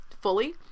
fully